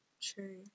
true